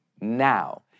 now